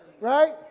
Right